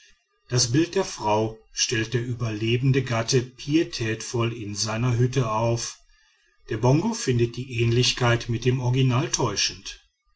das bild der frau stellt der überlebende gatte pietätvoll in seiner hütte auf der bongo findet die ähnlichkeit mit dem original täuschend